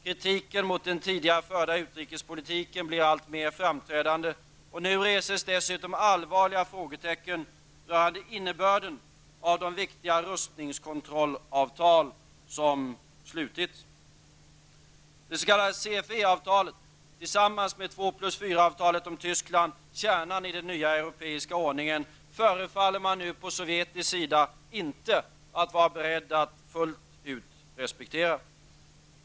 Kritiken mot den tidigare förda utrikespolitiken blir alltmer framträdande. Och nu reses dessutom allvarliga frågetecken rörande innebörden i de viktiga rustningskontrollsavtal som slutits. Man förefaller nu på sovjetisk sida inte vara beredd att fullt ut respektera det s.k. CFE-avtalet och det s.k. 2+4-avtalet om Tyskland, kärnan i den europeiska ordningen.